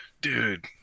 dude